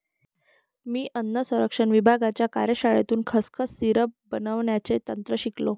मी अन्न संरक्षण विभागाच्या कार्यशाळेतून खसखस सिरप बनवण्याचे तंत्र शिकलो